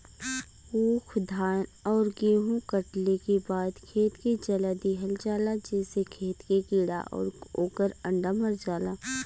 ऊख, धान आउर गेंहू कटले के बाद खेत के जला दिहल जाला जेसे खेत के कीड़ा आउर ओकर अंडा मर जाला